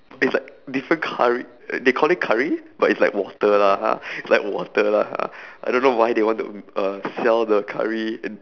it's like different curr~ they call it curry but it's like water lah it's like water lah I don't know why they want to uh sell the curry in